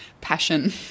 passion